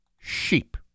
sheep